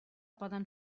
poden